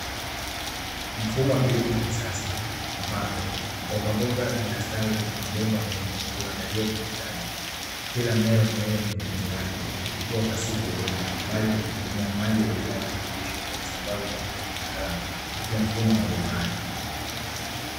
Mfumo wa kilimo cha kisasa ambapo, mbogamboga zinastawi kwenye mabomba meupe yaliyoandaliwa kwa ustadi. Kila mmea umewekwa kwenye tundu lake, ukikua pasipo udongo bali kwa kutegemea maji yaliyojaa virutubisho, yakisambazwa kwa njia ya kitaalamu kupitia mfumo wa mabomba hayo.